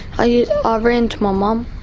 i yeah ah ran to my mum.